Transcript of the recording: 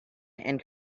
and